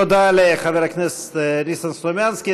תודה לחבר הכנסת ניסן סלומינסקי.